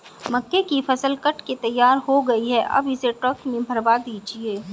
मक्के की फसल कट के तैयार हो गई है अब इसे ट्रक में भरवा दीजिए